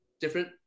different